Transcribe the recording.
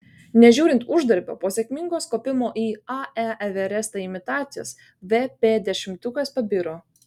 nežiūrint uždarbio po sėkmingos kopimo į ae everestą imitacijos vp dešimtukas pabiro